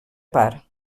part